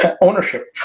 ownership